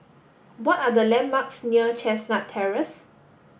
what are the landmarks near Chestnut Terrace